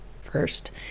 First